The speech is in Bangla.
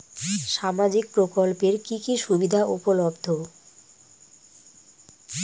সামাজিক প্রকল্প এর কি কি সুবিধা উপলব্ধ?